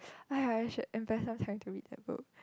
I should invest some time to read the book